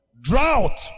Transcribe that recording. drought